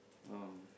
um